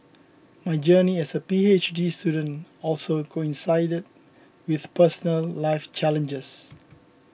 my journey as a P H D student also coincided with personal life challenges